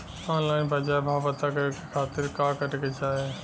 Online बाजार भाव पता करे के खाती का करे के चाही?